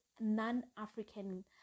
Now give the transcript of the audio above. non-African